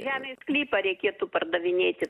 žemės sklypą reikėtų pardavinėti